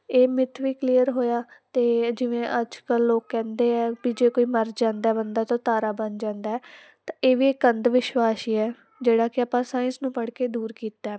ਇਹ ਮਿਥ ਵੀ ਕਲੀਅਰ ਹੋਇਆ ਤੇ ਜਿਵੇਂ ਅੱਜ ਕੱਲ ਲੋਕ ਕਹਿੰਦੇ ਆ ਵੀ ਜੇ ਕੋਈ ਮਰ ਜਾਂਦਾ ਬੰਦਾ ਤਾਂ ਉਹ ਤਾਰਾ ਬਣ ਜਾਂਦਾ ਤਾਂ ਇਹ ਵੀ ਇੱਕ ਅੰਧ ਵਿਸ਼ਵਾਸ ਹੈ ਜਿਹੜਾ ਕਿ ਆਪਾਂ ਸਾਇੰਸ ਨੂੰ ਪੜ੍ਹ ਕੇ ਦੂਰ ਕੀਤਾ